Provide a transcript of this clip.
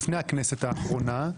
לפני הכנסת האחרונה,